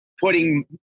putting